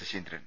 Saseendran